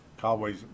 Cowboys